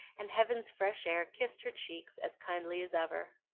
and heaven's fresh air kissed her cheeks as kindly as ever.